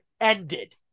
ended